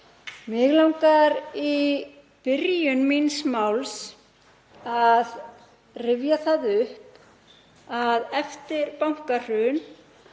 Mig langar í byrjun míns máls að rifja það upp að eftir bankahrun